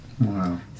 Wow